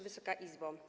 Wysoka Izbo!